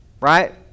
Right